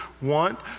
want